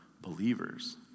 believers